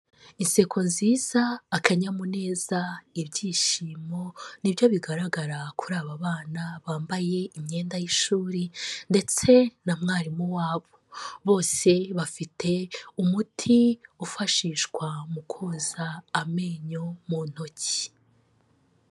Inseko nziza akanyamuneza ibyishimo nibyo bigaragara kuri aba bana bambaye imyenda y'ishuri ndetse na mwarimu wabo bose bafite umuti ufashishwa mu koza amenyo mu ntoki.